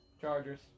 Chargers